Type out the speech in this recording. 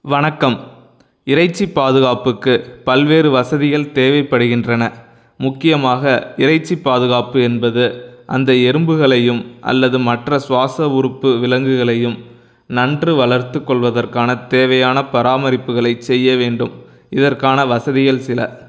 வணக்கம் இறைச்சி பாதுகாப்புக்கு பல்வேறு வசதிகள் தேவைப்படுகின்றன முக்கியமாக இறைச்சி பாதுகாப்பு என்பது அந்த எறும்புகளையும் அல்லது மற்ற சுவாச உறுப்பு விலங்குகளையும் நன்று வளர்த்து கொள்வதற்கான தேவையான பராமரிப்புகளைச் செய்ய வேண்டும் இதற்கான வசதிகள் சில